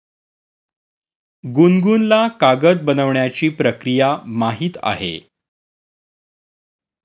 गुनगुनला कागद बनवण्याची प्रक्रिया माहीत आहे